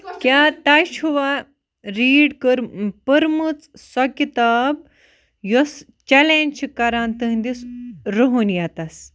کیاہ تۄہہِ چھُوا ریڈ پٔرمٕژ سۄ کِتاب یۄس چیلینج چھِ کران تُہُندِس رُحٲنیتَس